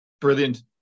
Brilliant